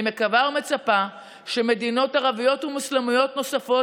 אני מקווה ומצפה שמדינות ערביות ומוסלמיות נוספות